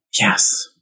Yes